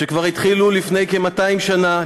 שכבר התחילו לפני כ-200 שנה,